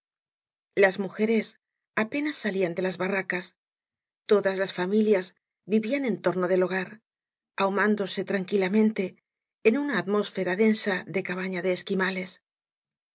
las mujeres apenas sallan de las barracas todas las familias vítíaii en torno del hogar ahumándose tranquilamente en una atmósfera denaa de cabana de esquimales